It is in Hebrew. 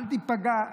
אל תיפגע,